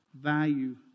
Value